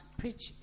preach